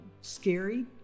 scary